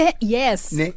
yes